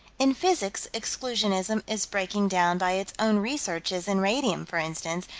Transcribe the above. in physics exclusionism is breaking down by its own researches in radium, for instance,